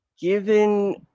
Given